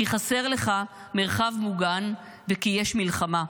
כי חסר לך מרחב מוגן וכי יש מלחמה.